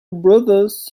brothers